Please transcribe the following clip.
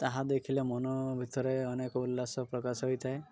ତାହା ଦେଖିଲେ ମନ ଭିତରେ ଅନେକ ଉଲ୍ଲାସ ପ୍ରକାଶ ହୋଇଥାଏ